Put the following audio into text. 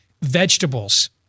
vegetables